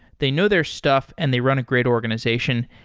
they know their stuff and they run a great organization.